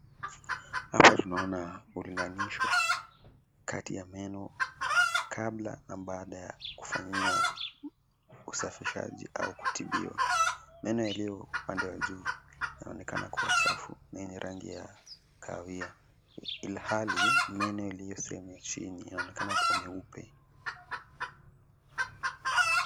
Hapa tunaona ulinganisho kati ya meno kabla na baada ya kufanyiwa usafishaji au kutibiwa. Meno yaliyo upande wa juu inaonekana kuwa chafu na yenye rangi ya kahawia ilhali meno yaliyo sehemu ya chini yanaonekana kuwa meupe.